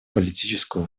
политическую